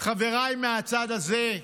חבריי מהצד הזה,